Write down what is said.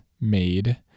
made